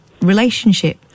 relationship